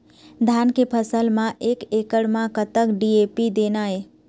धान के फसल म एक एकड़ म कतक डी.ए.पी देना ये?